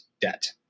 debt